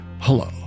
hello